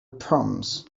proms